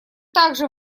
также